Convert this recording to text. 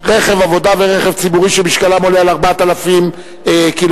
רכב עבודה ורכב ציבורי שמשקלם עולה על 4,000 ק"ג),